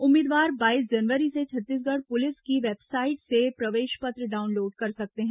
उम्मीदवार बाईस जनवरी से छत्तीसगढ़ पुलिस की वेबसाईट से प्रवेश पत्र डाउनलोड कर सकतें हैं